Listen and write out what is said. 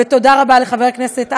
ותודה רבה לחבר הכנסת אייכלר,